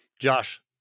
Josh